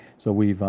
so we